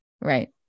Right